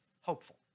hopeful